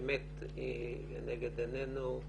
האמת לנגד עיננו,